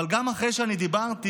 אבל גם אחרי שדיברתי,